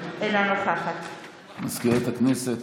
אינה נוכחת מזכירת הכנסת,